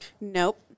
Nope